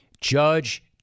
Judge